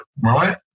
right